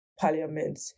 parliament